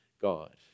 God